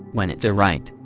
waneta wright,